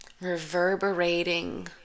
Reverberating